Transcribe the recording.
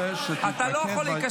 נכון, אני רוצה שתתמקד בהתנגדות.